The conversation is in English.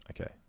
Okay